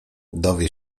dowie